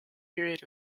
periods